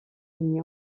n’y